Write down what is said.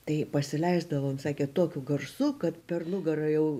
tai pasileisdavo sakė tokiu garsu kad per nugarą jau